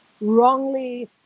wrongly